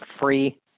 free